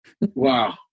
wow